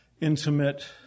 intimate